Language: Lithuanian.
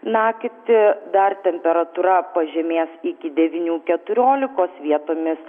naktį dar temperatūra pažemės iki devynių keturiolikos vietomis